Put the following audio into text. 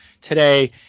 today